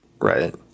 Right